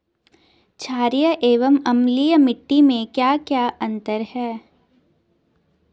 छारीय एवं अम्लीय मिट्टी में क्या क्या अंतर हैं?